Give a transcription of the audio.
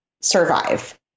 survive